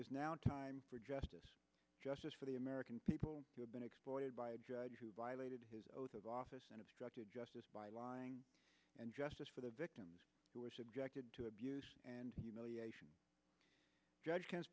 is now time for justice justice for the american people who have been exploited by a judge who violated his oath of office and it's got to justice by lying and justice for the victims who were subjected to abuse and humiliation judge